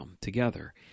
together